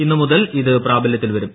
ഇന്ന് മുതൽ ഇത് പ്രാബല്യത്തിൽ വരും